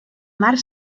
mar